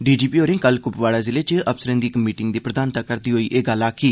DGP होरें कल कुपवाड़ा जिले च अफसरें दी इक मीटिंग दी प्रधानता करदे होई एह् गल्ल आखी